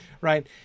right